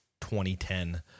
2010